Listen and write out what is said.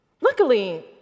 Luckily